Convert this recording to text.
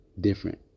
different